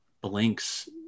blinks